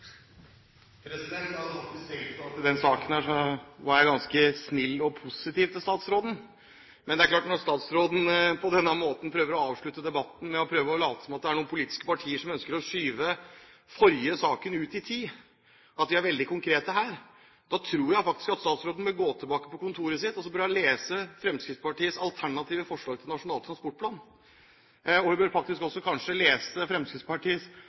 Jeg tenkte faktisk at i denne saken har jeg vært ganske snill mot og positiv til statsråden. Men når statsråden på denne måten avslutter debatten med å prøve å late som om det er noen politiske partier som ønsker å skyve den forrige saken ut i tid, de er veldig konkrete her, tror jeg faktisk at statsråden bør gå tilbake på kontoret sitt og lese Fremskrittspartiets alternative forslag til Nasjonal transportplan. Hun bør kanskje også lese Fremskrittspartiets alternative statsbudsjett for 2010. Da vil man se at det er en offensiv satsing på infrastrukturbygging. Og kanskje